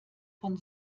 von